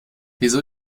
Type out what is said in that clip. wieso